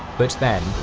but then,